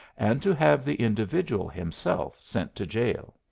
and to have the individual himself sent to jail.